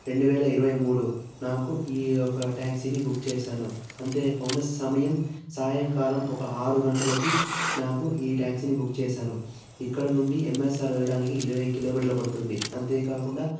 రెండు వేల ఇరవై మూడు నాకు ఈ యొక్క ట్యాక్సీని బుక్ చేశాను అంతేకాకుండా సమయం సాయంకాలం ఒక ఆరు గంటలకి నాకు ఈ ట్యాక్సీని బుక్ చేశాను ఇక్కడ నుండి ఎంఎస్ఆర్ వెళ్ళాడానికి ఇరవై కిలోమీటర్లు పడుతుంది అంతేకాకుండా